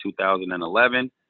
2011